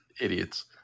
idiots